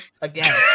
again